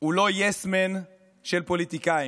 הוא לא יס-מן של פוליטיקאים,